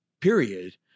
period